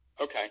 Okay